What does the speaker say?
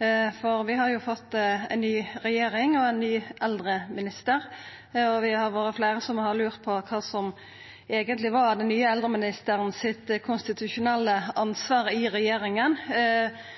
Vi har fått ei ny regjering og ein ny eldreminister, og vi har vore fleire som har lurt på kva som eigentleg er det konstitusjonelle ansvaret til den nye eldreministeren